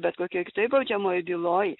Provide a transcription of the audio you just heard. bet kokioj kitoj baudžiamojoj byloj